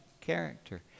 character